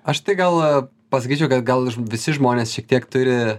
aš tai gal pasakyčiau kad gal visi žmonės šiek tiek turi